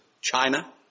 China